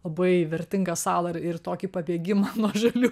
labai vertingą salą ir ir tokį pabėgimą nuo žalių